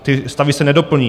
Ty stavy se nedoplní.